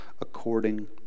according